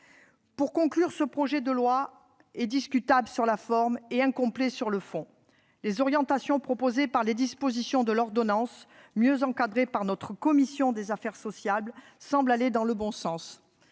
Le présent projet de loi est discutable sur la forme et incomplet sur le fond. Les orientations envisagées dans les dispositions de l'ordonnance, mieux encadrées par notre commission des affaires sociales, semblent aller dans le bon sens.